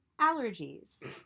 allergies